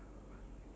oh